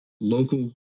local